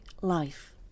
life